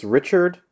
Richard